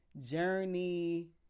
journey